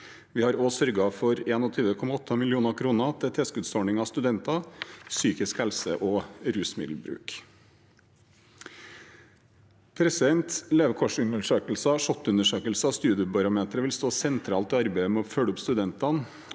Vi har også sørget for 21,8 mill. kr til tilskuddsordningen Studenter – psykisk helse og rusmiddelbruk. Levekårsundersøkelsen, SHoT-undersøkelsen og studiebarometeret vil stå sentralt i arbeidet med å følge opp studentene